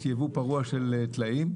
יש יבוא פרוע של טלאים,